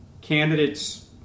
candidates